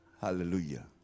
hallelujah